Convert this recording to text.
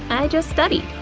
i just studied.